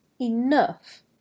enough